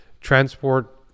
transport